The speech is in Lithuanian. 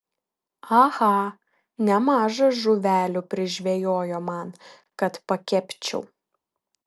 aha nemaža žuvelių prižvejojo man kad pakepčiau